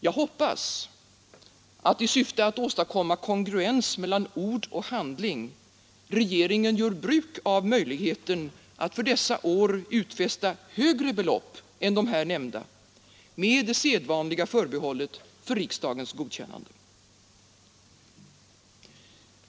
Jag hoppas att, i syfte att åstadkomma kongruens mellan ord och handling, regeringen gör bruk av möjligheten att för dessa år utfästa högre belopp än de här nämnda, med det sedvanliga förbehållet för riksdagens godkännande.